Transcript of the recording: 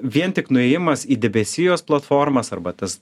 vien tik nuėjimas į debesijos platformas arba tas